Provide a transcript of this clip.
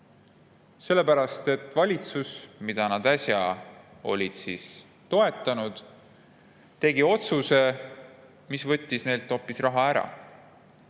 sellepärast et valitsus, keda nad äsja olid toetanud, tegi otsuse, mis võttis neilt hoopis raha ära.